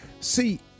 See